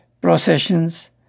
processions